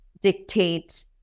dictate